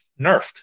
nerfed